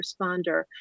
responder